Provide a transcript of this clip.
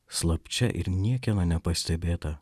slapčia ir niekieno nepastebėta